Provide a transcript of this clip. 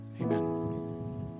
Amen